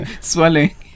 swelling